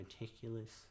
meticulous